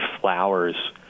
flowers